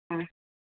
ಹಾಂ